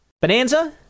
Bonanza